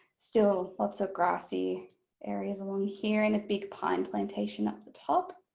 still lots of grassy areas along here and a big pine plantation up the top.